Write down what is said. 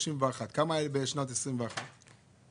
צמיחה ל-2.8%, זה מבטא חלק מזה.